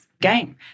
game